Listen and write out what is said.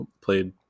played